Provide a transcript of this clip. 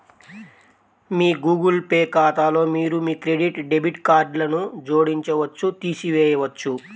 మీ Google Pay ఖాతాలో మీరు మీ క్రెడిట్, డెబిట్ కార్డ్లను జోడించవచ్చు, తీసివేయవచ్చు